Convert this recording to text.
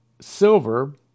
Silver